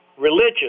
religious